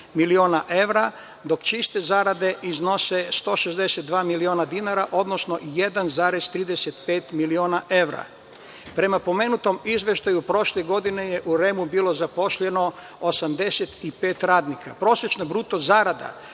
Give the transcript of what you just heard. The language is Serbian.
miliona evra, dok iste zarade iznose 162 miliona dinara, odnosno 1,35 miliona evra. Prema pomenutom izveštaju, prošle godine je u REM-u bilo zaposleno 85 radnika.